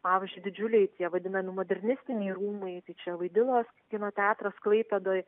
pavyzdžiui didžiuliai tie vadinami modernistiniai rūmai tai čia vaidilos kino teatras klaipėdoj